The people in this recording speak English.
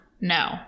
No